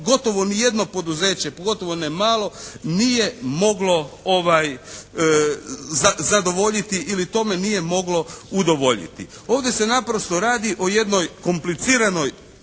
gotovo ni jedno poduzeće, pogotovo ne malo nije moglo zadovoljiti ili tome nije moglo udovoljiti. Ovdje je naprosto radi o jednoj kompliciranoj